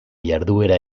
jarduera